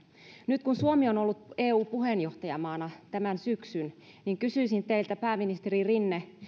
nyt kun suomi on on ollut eun puheenjohtajamaana tämän syksyn niin kysyisin teiltä pääministeri rinne